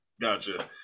Gotcha